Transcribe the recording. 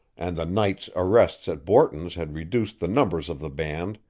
and the night's arrests at borton's had reduced the numbers of the band,